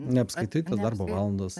neapskaityta darbo valandos